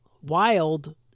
wild